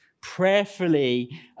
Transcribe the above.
prayerfully